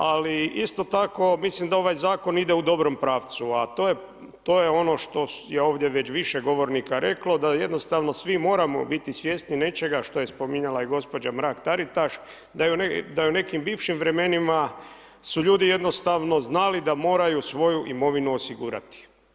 Ali isto tako mislim da ovaj zakon ide u dobrom pravcu, a to je ono što je ovdje već više govornika reklo, da jednostavno svi moramo biti svjesni nečega, što je spominjala i gospođa Mrak Taritaš, da u nekim bivšim vremenima, su ljudi jednostavno znali da moraju svoju imovinu osigurati.